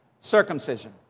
circumcision